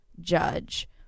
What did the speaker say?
judge